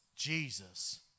Jesus